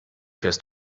fährst